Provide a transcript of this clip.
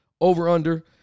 over-under